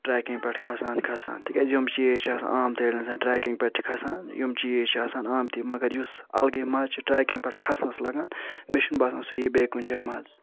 trekking پٮ۪ٹھ کھسان کھسان تِکیٛازِ یِم چیٖز چھِ آسان آمتی ییٚلہِ نہٕ زَن ٹرٛیکِنٛگ پٮ۪ٹھ چھِ کھسان یِم چیٖز چھِ آسان آمتی مگر یُس الگٕے مزٕ چھِ ٹرٛیکِنٛگ پٮ۪ٹھ کھسنَس لگان مےٚ چھُنہِ باسان سُہ یی بیٚیہِ کُنہِ جایہِ مزٕ